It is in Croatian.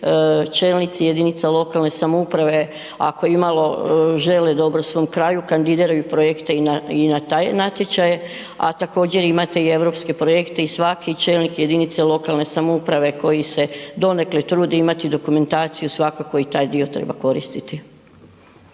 čelnici jedinica lokalne samouprave ako imalo žele dobro svom kraju, kandidiraju projekte i na, i na taj natječaje, a također imate i europske projekte i svaki čelnik jedinice lokalne samouprave koji se donekle trudi imati dokumentaciju, svakako i taj dio treba koristiti.